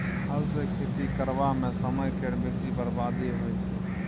हल सँ खेती करबा मे समय केर बेसी बरबादी होइ छै